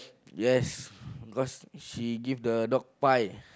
yes because she give the dog bite